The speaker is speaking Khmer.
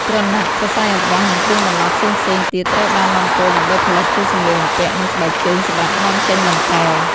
ក្រណាត់ សរសៃអំបោះ និងគ្រឿងបន្លាស់ផ្សេងៗទៀតត្រូវបាននាំចូលដើម្បីផលិតជាសម្លៀកបំពាក់ និងស្បែកជើងសម្រាប់នាំចេញបន្ត។